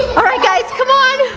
alright guys come on!